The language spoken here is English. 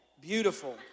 beautiful